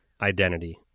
identity